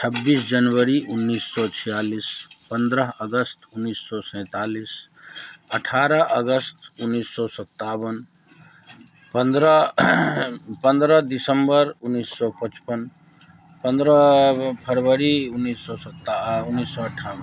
छब्बीस जनवरी उन्नीस सौ छियालीस पंद्रह अगस्त उन्नीस सौ सैंतालीस अठारह अगस्त उन्नीस सौ सत्तावन पंद्रह पंद्रह दिसंबर उन्नीस सौ पचपन पंद्रह फरवरी उन्नीस सौ सत्ता उन्नीस सौ अठावन